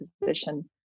position